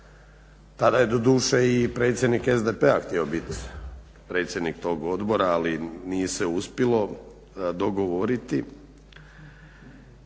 tada je doduše i predsjednik SDP-a htio biti predsjednik tog odbora ali se nije uspjelo dogovoriti.